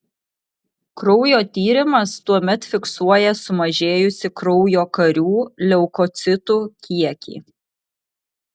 kraujo tyrimas tuomet fiksuoja sumažėjusį kraujo karių leukocitų kiekį